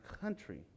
country